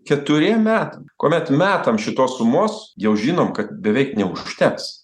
keturiem metam kuomet metam šitos sumos jau žinom kad beveik neužteks